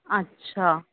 अच्छा